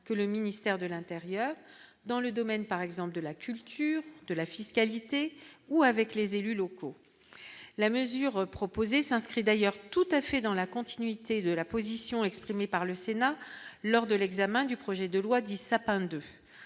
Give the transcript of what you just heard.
que le ministère de l'Intérieur dans le domaine par exemple de la culture de la fiscalité ou avec les élus locaux, la mesure proposée s'inscrit d'ailleurs tout à fait dans la continuité de la position exprimée par le Sénat lors de l'examen du projet de loi dit Sapin II,